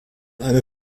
eine